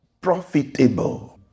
Profitable